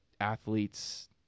athletes